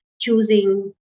choosing